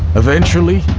eventually,